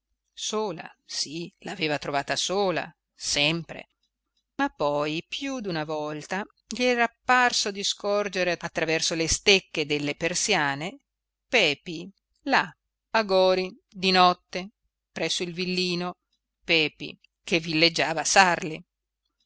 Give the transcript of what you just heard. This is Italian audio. sola sì l'aveva trovata sola sempre ma poi più d'una volta gli era parso di scorgere attraverso le stecche delle persiane pepi là a gori di notte presso il villino pepi che villeggiava a sarli